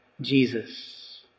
Jesus